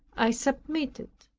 i submitted,